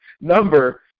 number